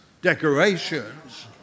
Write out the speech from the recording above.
decorations